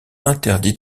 interdit